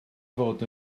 fod